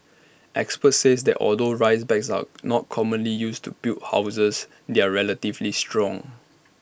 experts says that although rice bags are not commonly used to build houses they are relatively strong